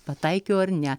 pataikiau ar ne